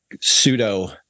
pseudo